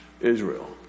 Israel